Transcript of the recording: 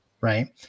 Right